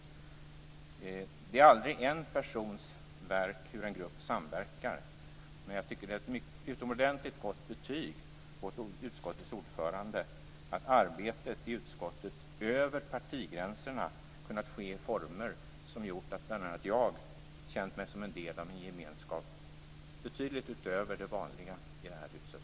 Det är aldrig en persons verk hur en grupp samverkar, men jag tycker att det är ett utomordentligt gott betyg åt utskottets ordförande att arbetet i utskottet över partigränserna kunnat ske i former som gjort att bl.a. jag känt mig som en del av en gemenskap betydligt utöver det vanliga i det här huset.